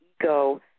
ego